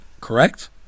correct